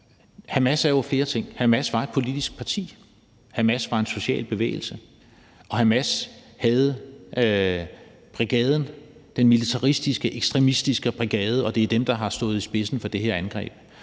Hamas er jo flere ting; Hamas var et politisk parti, Hamas var en social bevægelse, og Hamas havde brigaden, altså den militaristiske og ekstremistiske brigade, og det er dem, der har stået i spidsen for det her angreb.